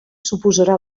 suposarà